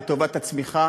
לטובת הצמיחה,